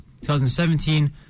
2017